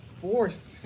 forced